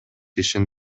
ишин